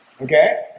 Okay